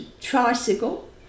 tricycle